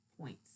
points